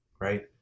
right